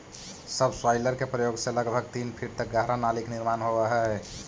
subsoiler के प्रयोग से लगभग तीन फीट तक गहरा नाली के निर्माण होवऽ हई